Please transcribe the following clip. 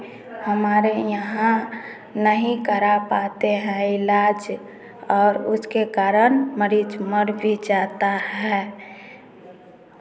हमारे यहाँ नहीं करा पाते हैं इलाज और उसके कारण मरीज़ मर भी जाता है